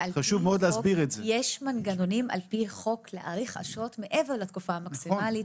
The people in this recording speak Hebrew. יש מנגנונים על פי חוק להאריך אשרות מעבר לתקופה המקסימלית,